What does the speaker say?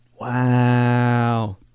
Wow